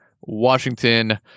Washington